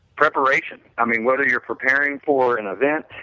preparation. i mean whether you're preparing for an event,